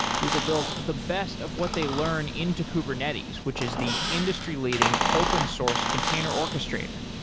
google builds the best of what they learn into kubernetes, which is the industry leading open-source container orchestrator.